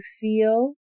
feel